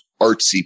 artsy